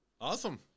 Awesome